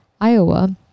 Iowa